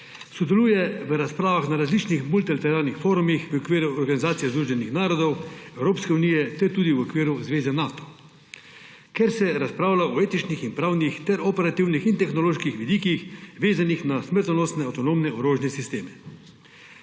Sodeluje v razpravah na različnih multilateralnih forumih v okviru Organizacije združenih narodov, Evropske unije ter tudi v okviru zveze Nato, kjer se razpravlja o etičnih in pravnih ter operativnih in tehnoloških vidikih, vezanih na smrtonosne avtonomne orožne sisteme.